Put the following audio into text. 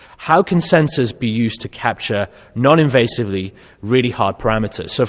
how can centers be used to capture noninvasively really hard parameters? so